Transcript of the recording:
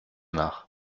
nach